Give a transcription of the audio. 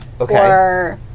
Okay